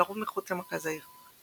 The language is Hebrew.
לרוב מחוץ למרכז העיר.